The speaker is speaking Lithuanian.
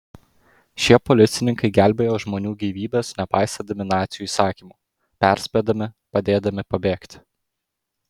šie policininkai gelbėjo žmonių gyvybes nepaisydami nacių įsakymų perspėdami padėdami pabėgti